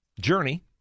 journey